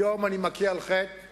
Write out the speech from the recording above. היום אני מכה על חטא,